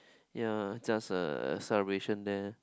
ya just a celebration there